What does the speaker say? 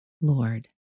Lord